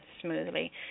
smoothly